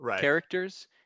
characters